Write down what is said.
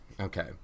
okay